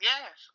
Yes